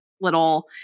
little